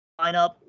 lineup